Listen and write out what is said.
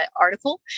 article